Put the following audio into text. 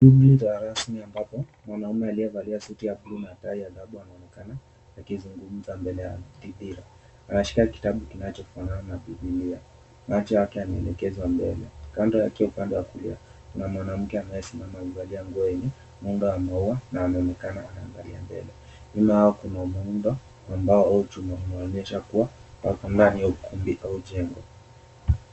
Shughuli za rasmi ambapo mwanaume aliyevalia suti ya buluu na tai alfu anaonekana akizungumza mbele ya hadhira. Anashika kitabu kinachofanana na bibilia. Macho yake yameelekezwa mbele. Kando yake upande wa kulia kuna mwanamke anayesimama. Amevalia nguo yenye muundo wa maua na anaonekana anaangalia mbele. Nyuma yao kuna muundo ambao unaonyesha aina ya ukumbi au jengo.